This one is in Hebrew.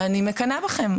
אני מקנאה בכם.